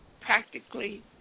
practically